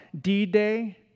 D-Day